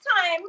time